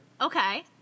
Okay